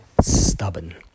stubborn